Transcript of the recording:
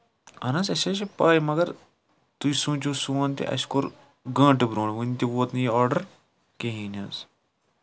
اَہن حظ اَسہِ حظ چھِ پَے مَگر تُہۍ سوٗنچِو سون تہِ اَسہِ کوٚر گٲنٹہٕ برونٹھ ؤنۍ تہِ ووت نہٕ یہِ آڈر کِہینۍ حظ